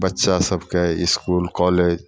बच्चा सभ के इसकुल कॉलेज